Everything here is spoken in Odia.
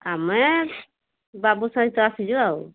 ଆମେ ବାବୁ ସହିତ ଆସିଛୁ ଆଉ